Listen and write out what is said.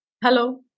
Hello